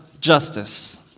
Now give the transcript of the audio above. justice